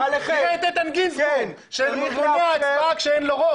תראה את איתן גינזבורג שמונע הצבעה כשאין לו רוב.